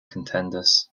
contenders